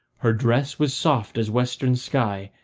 her dress was soft as western sky,